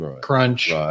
crunch